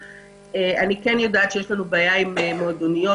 אני כן יודעת שיש לנו בעיה עם מועדוניות